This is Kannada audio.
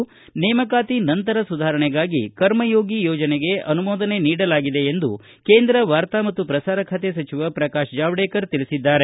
ಇಂದು ನಡೆದ ಸಭೆಯಲ್ಲಿ ನೇಮಕಾತಿ ನಂತರ ಸುಧಾರಣೆಗಾಗಿ ಕರ್ಮಯೋಗಿ ಯೋಜನೆಗೆ ಅನುಮೋದನೆ ನೀಡಲಾಗಿದೆ ಎಂದು ಕೇಂದ್ರ ವಾರ್ತಾ ಮತ್ತು ಪ್ರಸಾರ ಖಾತೆ ಸಚಿವ ಪ್ರಕಾಶ್ ಜಾವಡೇಕರ್ ತಿಳಿಸಿದ್ದಾರೆ